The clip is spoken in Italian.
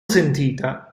sentita